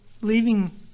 leaving